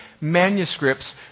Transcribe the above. manuscripts